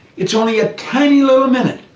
it's only a tiny little minute,